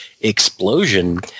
explosion